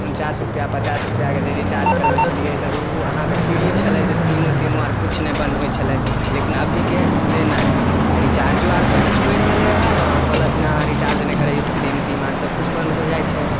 उनचास रुपैआ पचास रुपैआके जे रिचार्ज करबै छलिए तऽ ओ अहाँके फ्री छलै जे सिमो तिमो आओर किछु नहि बन्द होइ छलै लेकिन अभीके से नहि रिचार्जो आओर सबकिछु बढ़ि गेलै हँ आओर प्लसमे अहाँ रिचार्ज नहि करैओ तऽ सिम तिम आओर सबकिछु बन्द हो जाइ छै